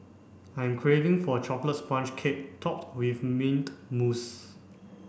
I am craving for a chocolate sponge cake topped with mint mousse